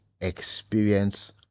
experience